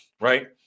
Right